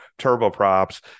turboprops